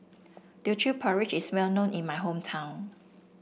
Teochew Porridge is well known in my hometown